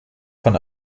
von